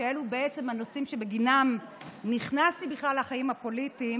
שאלו בעצם הנושאים שבגינם נכנסתי בכלל לחיים הפוליטיים,